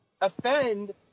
offend